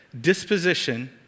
disposition